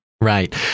Right